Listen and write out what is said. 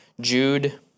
Jude